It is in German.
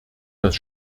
das